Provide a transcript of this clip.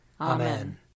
Amen